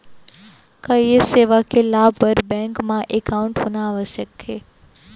का ये सेवा के लाभ बर बैंक मा एकाउंट होना आवश्यक हे